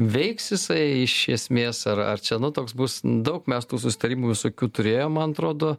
veiks jisai iš esmės ar ar čia nu toks bus daug mes tų susitarimų visokių turėjom man atrodo